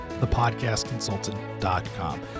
thepodcastconsultant.com